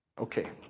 Okay